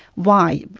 why?